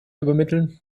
übermitteln